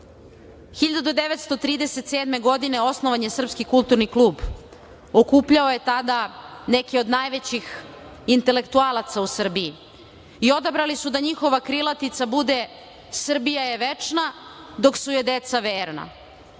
1937. osnovan je Srpski kulturni klub. Okupljao je tada neke od najvećih intelektualaca u Srbiji i odabrali su da njihova krilatica bude „Srbija je večna dok su joj deca verna“.